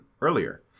earlier